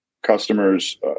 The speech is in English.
customers